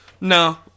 No